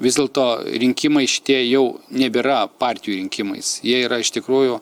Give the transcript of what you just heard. vis dėlto rinkimai šitie jau nebėra partijų rinkimais jie yra iš tikrųjų